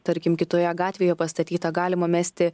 tarkim kitoje gatvėje pastatytą galima mesti